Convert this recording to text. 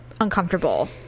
uncomfortable